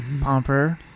Pomper